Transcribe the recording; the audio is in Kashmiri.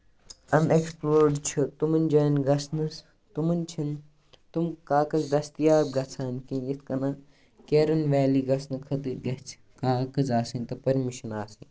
اَن اٮ۪کٔپٔلوٗڈ چھِ تٔمَن جاین گژھنَس تمَن چھِنہٕ تٔمۍ کاغز دٔستِیاب گژھان کیٚنہہ یِتھ کَنن کیرَن ویلی گژھنہٕ خٲطرٕ گژھِ کاغز آسٕنۍ تہٕ پٔرمِشن آسٕنۍ